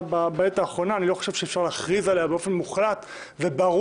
ולכן אני חושב שהסנקציה שמוטלת על חבר כנסת שמוכרז כפורש